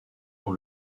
dans